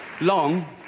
Long